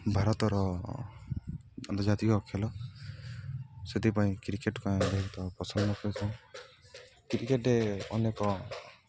ଭାରତର ଆନ୍ତର୍ଜାତିକ ଖେଳ ସେଥିପାଇଁ କ୍ରିକେଟକୁ ଆମେ ବହୁତ ପସନ୍ଦ କରିଥାଉଁ କ୍ରିକେଟେ ଅନେକ